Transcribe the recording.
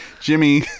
Jimmy